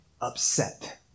upset